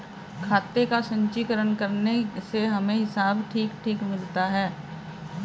खाते का संचीकरण करने से हमें हिसाब ठीक ठीक मिलता है